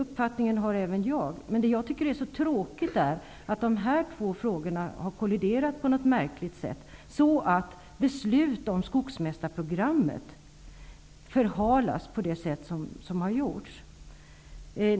Jag tycker det är tråkigt att de här två frågorna på något märkligt sätt har kolliderat, så att beslut om skogsmästarprogrammet förhalas på det sätt som har gjorts.